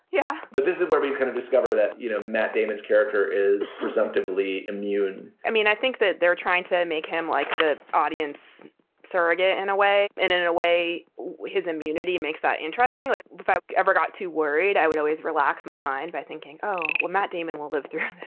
yeah but this is where we kind of discover that, you know, matt damon's character is presumptively immune i mean, i think that they're trying to and make him like the audience surrogate in a way and in in a way where his immunity makes that interesting. like, if i ever got too worried, i would always relax my mind by thinking, oh, well, matt damon will live through